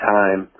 time